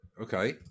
Okay